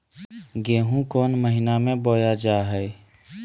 गेहूँ कौन महीना में बोया जा हाय?